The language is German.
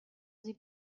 sie